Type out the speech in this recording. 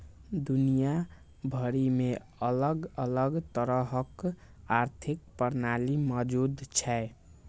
दुनिया भरि मे अलग अलग तरहक आर्थिक प्रणाली मौजूद छै